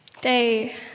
Day